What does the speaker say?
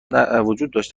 داشتند